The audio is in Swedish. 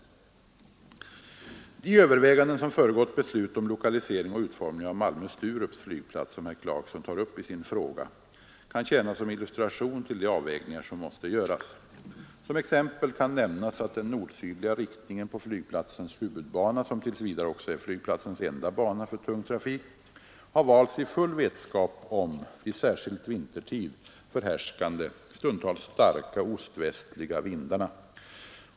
De överväganden som föregått beslut om lokalisering och utformning av Malmö/Sturup flygplats — som herr Clarkson tar upp i sin fråga — kan tjäna som illustration till de avvägningar som måste göras. Som exempel kan nämnas att den nord-sydliga riktningen på flygplatsens huvudbana — som tills vidare också är flygplatsens enda bana för tung trafik — har valts i full vetskap om de särskilt vintertid förhärskande, stundtals starka ost-västliga vindarna.